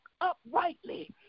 uprightly